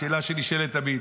השאלה שנשאלת תמיד.